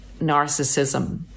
narcissism